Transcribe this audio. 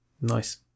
Nice